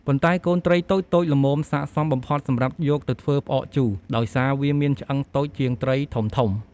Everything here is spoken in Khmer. ប៉ុន្តែ កូនត្រីតូចៗល្មមសាកសមបំផុតសម្រាប់យកទៅធ្វើផ្អកជូរ ដោយសារវាមានឆ្អឹងតូចជាងត្រីធំៗ។